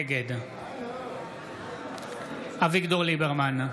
נגד אביגדור ליברמן,